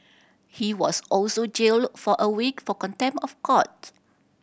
he was also jailed for a week for contempt of court